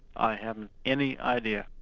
i haven't any idea.